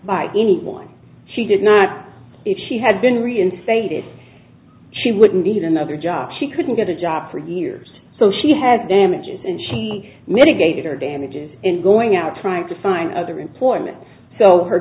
by anything she did not if she had been reinstated she wouldn't need another job she couldn't get a job for years so she had damages and she mitigated or damages in going out trying to find other employment so her